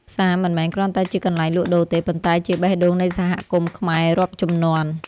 ផ្សារមិនមែនគ្រាន់តែជាកន្លែងលក់ដូរទេ ប៉ុន្តែជាបេះដូងនៃសហគមន៍ខ្មែររាប់ជំនាន់។